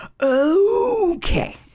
Okay